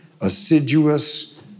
assiduous